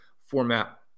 format